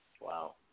Wow